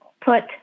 put